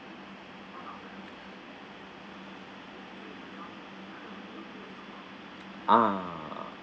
ah